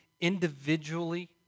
individually